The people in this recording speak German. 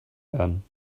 werden